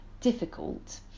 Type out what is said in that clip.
difficult